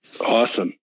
Awesome